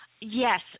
Yes